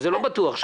אתם לא בטוחים בזה.